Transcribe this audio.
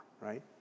right